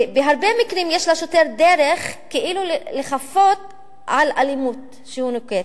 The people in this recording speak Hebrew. בהרבה מקרים יש לשוטר דרך כאילו לחפות על אלימות שהוא נוקט.